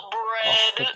bread